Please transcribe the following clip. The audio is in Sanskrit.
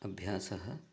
अभ्यासः